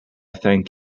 thank